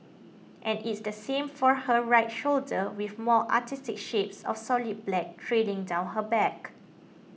and is the same for her right shoulder with more artistic shapes of solid black trailing down her back